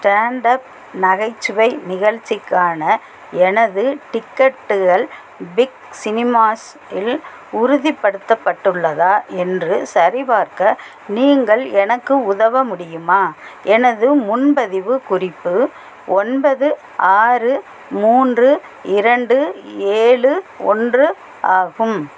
stand up நகைச்சுவை நிகழ்ச்சிக்கான எனது டிக்கெட்டுகள் பிக் சினிமாஸ் இல் உறுதிப்படுத்தப்பட்டுள்ளதா என்று சரிபார்க்க நீங்கள் எனக்கு உதவ முடியுமா எனது முன்பதிவு குறிப்பு ஒன்பது ஆறு மூன்று இரண்டு ஏழு ஒன்று ஆகும்